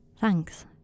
Thanks